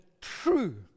true